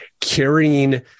carrying